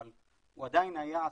אבל הוא עדיין היה,